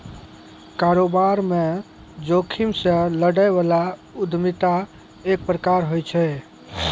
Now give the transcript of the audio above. कारोबार म जोखिम से लड़ै बला उद्यमिता एक प्रकार होय छै